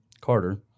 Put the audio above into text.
Carter